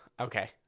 okay